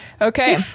Okay